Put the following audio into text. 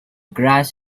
grass